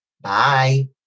Bye